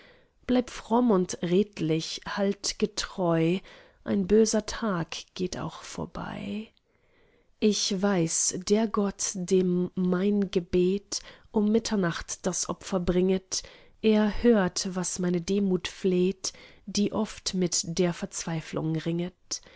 bleib fromm und redlich halt getreu ein böser tag geht auch vorbei ich weiß der gott dem mein gebet um mitternacht das opfer bringet erhört was meine demut fleht die oft mit der verzweiflung ringet